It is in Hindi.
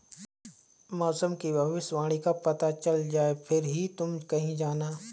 मौसम की भविष्यवाणी का पता चल जाए फिर ही तुम कहीं जाना